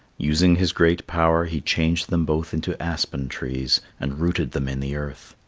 using his great power, he changed them both into aspen trees and rooted them in the earth.